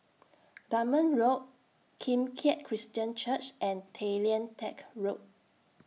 Dunman Road Kim Keat Christian Church and Tay Lian Teck Road